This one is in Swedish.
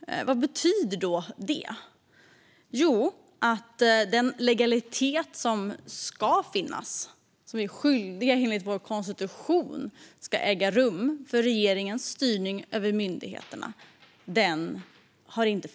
Vad betyder det? Jo, det betyder att den legalitet som ska finnas, som vi enligt vår konstitution är skyldiga att se till sker i fråga om regeringens styrning över myndigheterna, inte har funnits.